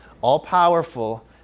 all-powerful